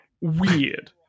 weird